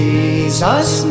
Jesus